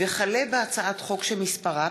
הצעת חוק הכנסת